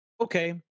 okay